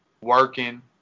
working